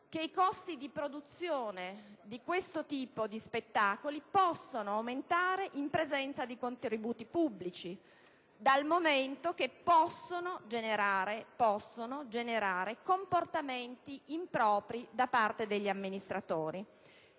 che i costi di produzione di questo tipo di spettacoli possano aumentare in presenza di contributi pubblici, dal momento che questi possono generare (e sottolineo possono) comportamenti impropri da parte degli amministratori.